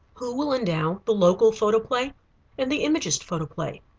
who will endow the local photoplay and the imagist photoplay?